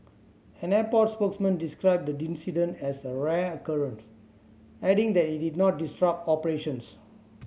an airport spokesman described the incident as a rare occurrence adding that it did not disrupt operations